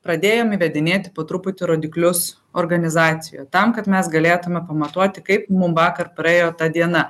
pradėjom įvedinėti po truputį rodiklius organizacijoj tam kad mes galėtume pamatuoti kaip mum vakar praėjo ta diena